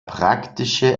praktische